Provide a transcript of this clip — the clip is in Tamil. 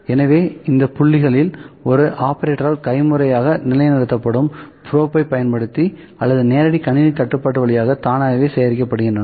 எனவே இந்த புள்ளிகள் ஒரு ஆபரேட்டரால் கைமுறையாக நிலைநிறுத்தப்படும் ப்ரோப்பை பயன்படுத்தி அல்லது நேரடி கணினி கட்டுப்பாடு வழியாக தானாகவே சேகரிக்கப்படுகின்றன